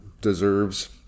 deserves